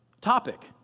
topic